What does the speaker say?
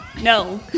No